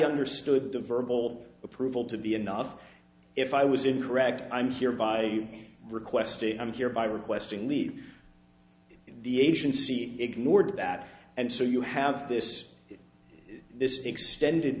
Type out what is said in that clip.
understood the verbal approval to be enough if i was incorrect i'm here by requesting i'm here by requesting leave the agency ignored that and so you have this this extended